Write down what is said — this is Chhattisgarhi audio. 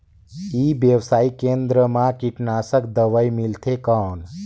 ई व्यवसाय केंद्र मा कीटनाशक दवाई मिलथे कौन?